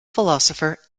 philosopher